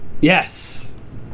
Yes